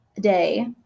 day